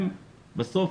הם אלה שבסוף